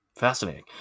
fascinating